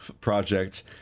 project